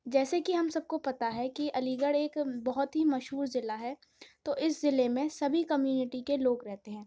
جیسے کہ ہم سب کو پتہ ہے کہ علی گڑھ ایک بہت ہی مشہور ضلع ہے تو اس ضلع میں سبھی کمیونٹی کے لوگ رہتے ہیں